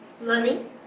learning